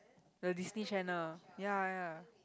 the Disney channel ya ya